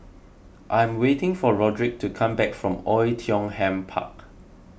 I'm waiting for Rodrick to come back from Oei Tiong Ham Park